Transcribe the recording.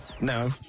No